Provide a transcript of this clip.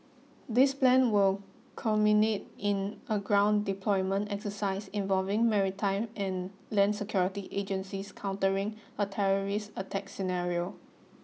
this plan will culminate in a ground deployment exercise involving maritime and land security agencies countering a terrorist attack scenario